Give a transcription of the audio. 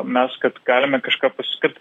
mes kad galime kažką pasiskirt